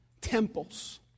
temples